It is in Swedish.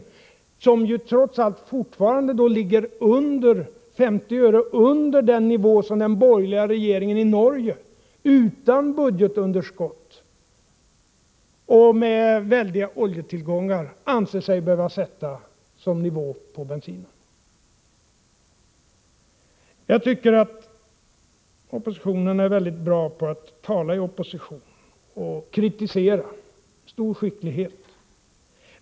Bensinpriset kommer trots allt fortfarande att ligga 50 öre under den nivå som den borgerliga regeringen i Norge — utan budgetunderskott och med väldiga oljetillgångar — anser sig behöva hålla. Jag tycker att de borgerliga oppositionspartierna är väldigt bra på att tala i opposition och kritisera — man visar stor skicklighet.